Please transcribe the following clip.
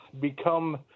become